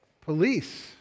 police